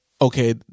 okay